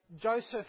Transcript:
Joseph